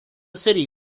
city